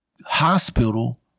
hospital